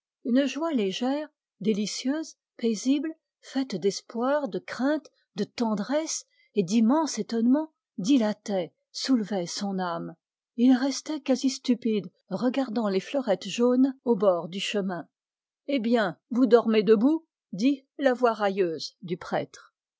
une joie paisible faite d'espoir de crainte de tendresse et d'immense étonnement dilatait son âme et il restait quasi stupide regardant les fleurettes jaunes au bord du chemin vous dormez debout dit la voix railleuse du prêtre